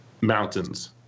mountains